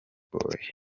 bayo